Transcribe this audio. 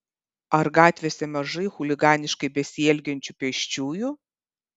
ar gatvėse mažai chuliganiškai besielgiančių pėsčiųjų